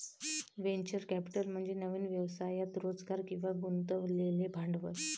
venture capital म्हणजे नवीन व्यवसायात रोजगार किंवा गुंतवलेले भांडवल